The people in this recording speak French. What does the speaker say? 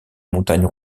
montagnes